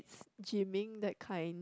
~'s gyming that kind